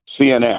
CNN